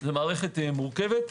זו מערכת מורכבת.